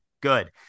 good